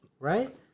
Right